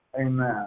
Amen